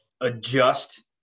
adjust